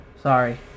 Sorry